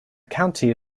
county